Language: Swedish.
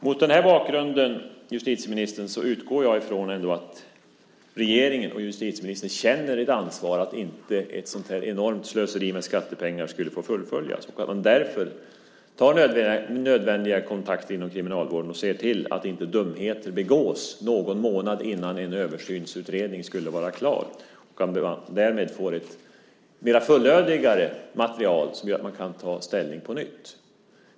Mot den bakgrunden utgår jag från att regeringen och justitieministern känner ett ansvar för att inte ett sådant enormt slöseri med skattepengar får fullföljas och att man därför tar nödvändiga kontakter inom kriminalvården och ser till att inte dumheter begås någon månad innan en översynsutredning är klar. Därmed får man ett mer fullödigt material som gör att man kan ta ställning på nytt.